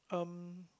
um